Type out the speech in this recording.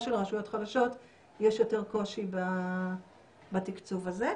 שלרשויות חלשות יש יותר קושי בתקצוב הזה.